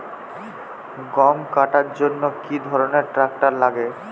গম কাটার জন্য কি ধরনের ট্রাক্টার লাগে?